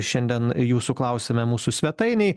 šiandien jūsų klausiame mūsų svetainėj